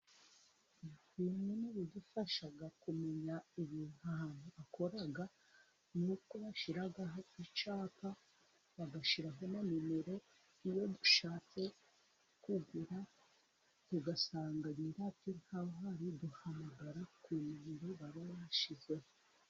Bimwe mu bidufasha kumenya ibintu ahantu bakora, nuko bashira icyapa bagashiramo nimero, iyo dushatse kumva tugasanga nyirabyo yashizeho nimero yo guhamahamagara, ku nimero baba bashizeho.